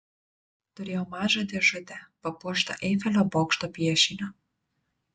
turėjo mažą dėžutę papuoštą eifelio bokšto piešiniu